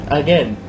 again